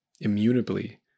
immutably